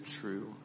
true